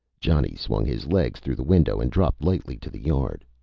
johnny swung his legs through the window and dropped lightly to the yard.